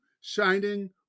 shining